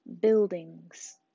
buildings